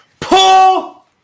Pull